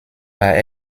war